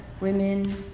women